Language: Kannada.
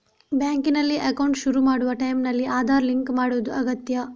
ಬ್ಯಾಂಕಿನಲ್ಲಿ ಅಕೌಂಟ್ ಶುರು ಮಾಡುವ ಟೈಂನಲ್ಲಿ ಆಧಾರ್ ಲಿಂಕ್ ಮಾಡುದು ಅಗತ್ಯ